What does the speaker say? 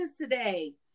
today